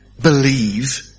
believe